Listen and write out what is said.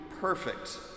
perfect